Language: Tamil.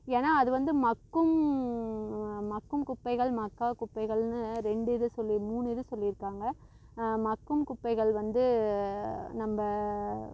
ஏன்னா அது வந்து மக்கும் மக்கும் குப்பைகள் மக்கா குப்பைகள்ன்னு ரெண்டு இது சொல்லி மூணு இது சொல்லி இருக்காங்க மக்கும் குப்பைகள் வந்து நம்ப